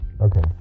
Okay